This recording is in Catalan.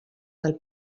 del